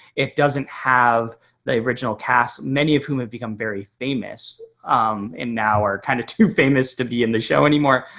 it doesn't have the original cast, many of whom have become very famous and now are kind of too famous to be in the show anymore.